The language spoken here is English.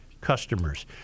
customers